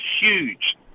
huge